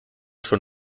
schon